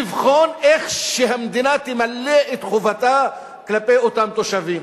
לבחון איך המדינה תמלא את חובתה כלפי אותם תושבים,